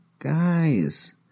Guys